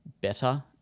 better